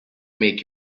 make